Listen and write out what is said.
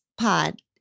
pod